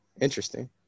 Interesting